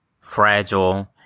fragile